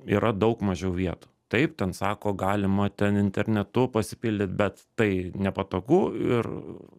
yra daug mažiau vietų taip ten sako galima ten internetu pasipildyt bet tai nepatogu ir